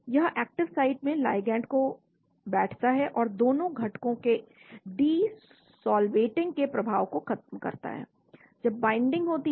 यह active site में ligand को बैठता है और दोनों घटकों के डी सौलवेटिंग के प्रभाव को खत्म करता है जब बाइंडिंग होती है